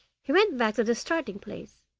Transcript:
he went back to the starting place.